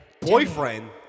Boyfriend